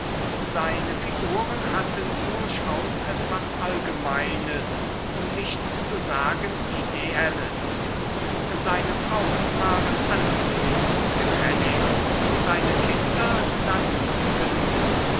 seine figuren hatten durchaus etwas allgemeines um nicht zu sagen ideelles seine frauen waren angenehm und gefällig seine kinder naiv genug